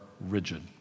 rigid